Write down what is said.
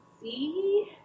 see